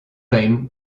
fame